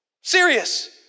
Serious